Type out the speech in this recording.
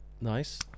nice